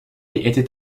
était